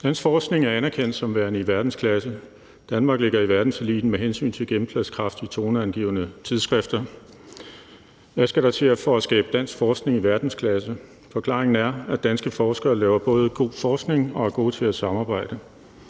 Dansk forskning er anerkendt som værende i verdensklasse. Danmark ligger i verdenseliten med hensyn til gennemslagskraft i toneangivende tidsskrifter. Hvad skal der til for at skabe dansk forskning i verdensklasse? Forklaringen er, at danske forskere både laver god forskning og er gode til at samarbejde.